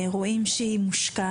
זו תוכנית שרואים שהיא מושקעת,